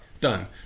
Done